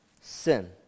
sin